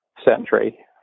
century